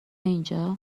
اینجا